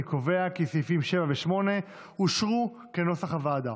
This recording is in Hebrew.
אני קובע כי סעיפים 7 ו-8, כנוסח הוועדה,